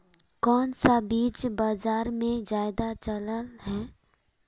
कोन सा बीज बाजार में ज्यादा चलल है?